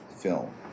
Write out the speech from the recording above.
film